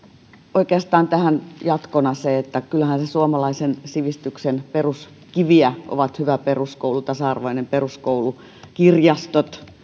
oikeastaan tähän jatkona se että kyllähän suomalaisen sivistyksen peruskiviä ovat hyvä peruskoulu tasa arvoinen peruskoulu kirjastot